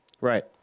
Right